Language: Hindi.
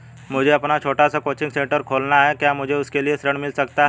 मुझे अपना छोटा सा कोचिंग सेंटर खोलना है क्या मुझे उसके लिए ऋण मिल सकता है?